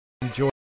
enjoy